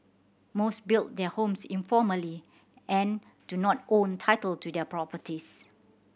most built their homes informally and do not own title to their properties